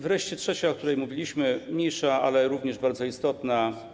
Wreszcie trzecia zmiana, o której mówiliśmy, mniejsza, ale również bardzo istotna.